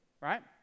right